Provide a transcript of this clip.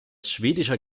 schwedischer